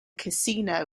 casino